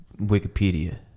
Wikipedia